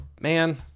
man